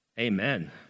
amen